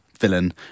villain